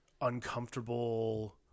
uncomfortable